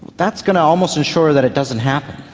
that's going to almost ensure that it doesn't happen.